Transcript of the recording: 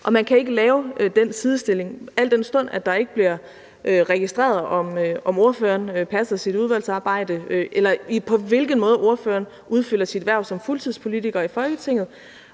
man kan ikke lave den sidestilling, al den stund at der ikke bliver registreret, om ordføreren passer sit udvalgsarbejde, eller på hvilken måde ordføreren udfylder sit hverv som fuldtidspolitiker i Folketinget.